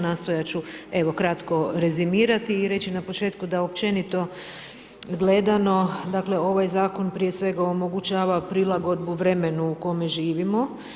Nastojat ću evo kratko rezimirati i reći na početku da općenito gledano dakle ovaj zakon prije svega omogućava prilagodbu vremenu u kome živimo.